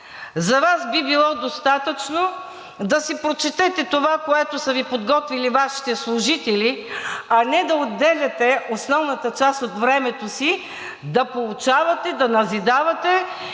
За Вас би било достатъчно да си прочетете това, което са Ви подготвили Вашите служители, а не да отделяте основната част от времето си да поучавате, да назидавате